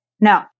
No